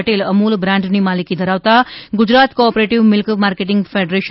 પટેલ અમુલ બ્રાન્ડની માલિકી ધરાવતા Gujarat cooperative milk marketing federation જી